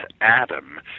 Adam